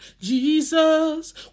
Jesus